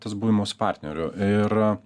tas buvimas su partneriu ir